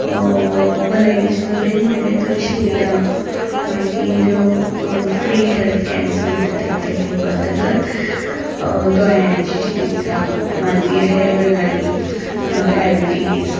भलायकेच्या नदरेन म्हणलें तर शिबिरां मागीर फ्री हेल्थ कँप्स म्हणटात तेका ते घेवपाक जातात दोळ्यांची चिकीत्सा मागीर हेर गजाली डायबिटीज